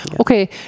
Okay